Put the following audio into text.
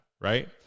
right